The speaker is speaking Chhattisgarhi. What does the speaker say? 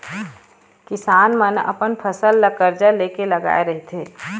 किसान मन अपन फसल ल करजा ले के लगाए रहिथे